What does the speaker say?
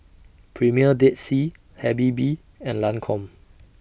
Premier Dead Sea Habibie and Lancome